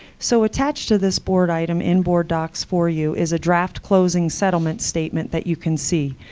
so attached to this board item in boarddocs for you is a draft closing settlement statement that you can see.